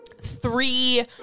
three